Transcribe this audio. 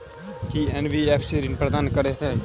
की NBFC ऋण प्रदान करे है?